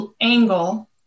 angle